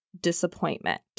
disappointment